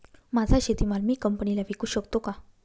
माझा शेतीमाल मी कंपनीला विकू शकतो का?